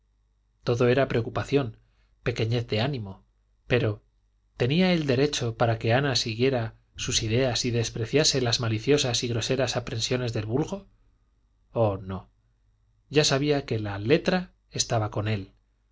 todo era preocupación pequeñez de ánimo pero tenía él derecho para que ana siguiera sus ideas y despreciase las maliciosas y groseras aprensiones del vulgo oh no ya sabía que la letra estaba contra él